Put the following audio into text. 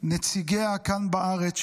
נציגיה כאן בארץ,